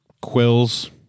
quills